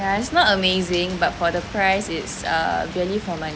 ya it's not amazing but for the price it's err value for money